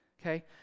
okay